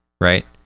right